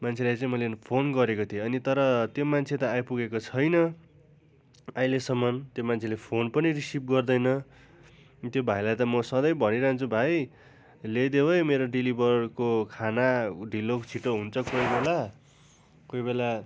मान्छेलाई चाहिँ मैले फोन गरेको थिएँ अनि तर त्यो मान्छे त आइपुगेको छैन आहिलेसम्म त्यो मान्छेले फोन पनि रिसिभ गर्दैन अनि त्यो भाइलाई त म सधैँ भनिरहन्छु भाइ ल्याइदेऊ है मेरो डिलिभरको खाना ढिलो छिटो हुन्छ कोही बेला कोही बेला